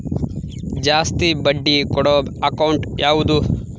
ಜಾಸ್ತಿ ಬಡ್ಡಿ ಕೊಡೋ ಅಕೌಂಟ್ ಯಾವುದು?